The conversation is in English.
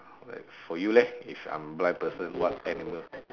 alright for you leh if I'm blind person what animal